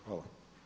Hvala.